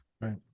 right